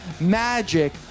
magic